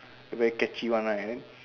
very catchy one right then